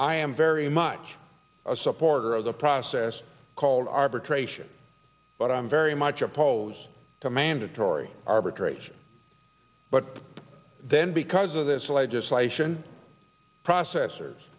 i am very much a supporter of the process called arbitration but i'm very much opposed to mandatory arbitration but then because of this legislation processors